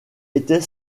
était